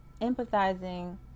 empathizing